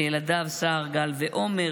לילדיו סער גל ועומר,